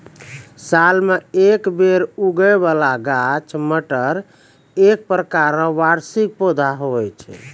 साल मे एक बेर उगै बाला गाछ मटर एक प्रकार रो वार्षिक पौधा हुवै छै